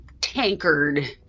tankard